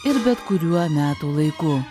ir bet kuriuo metų laiku